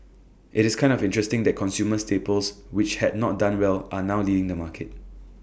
IT is kind of interesting that consumer staples which had not done well are now leading the market